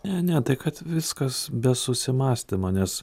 ne ne tai kad viskas be susimąstymo nes